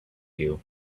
you